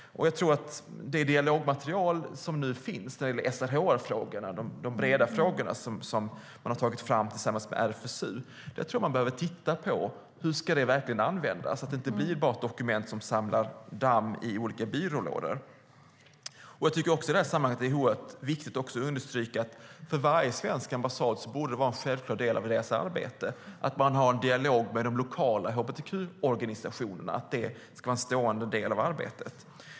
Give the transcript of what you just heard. När det gäller det dialogmaterial som nu finns om SRHR-frågor - det gäller de breda frågor man har tagit fram tillsammans med RFSU - tror jag att man behöver titta på hur det verkligen ska användas, så att det inte bara blir ett dokument som samlar damm i olika byrålådor. Jag tycker också att det i sammanhanget är oerhört viktigt att understryka att det för varje svensk ambassad borde vara en självklar del av arbetet att ha en dialog med de lokala hbtq-organisationerna. Det ska vara en stående del av arbetet.